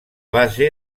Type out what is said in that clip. base